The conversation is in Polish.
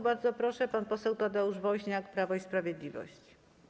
Bardzo proszę, pan poseł Tadeusz Woźniak, Prawo i Sprawiedliwość.